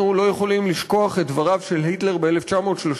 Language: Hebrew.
אנחנו לא יכולים לשכוח את דבריו של היטלר ב-1939,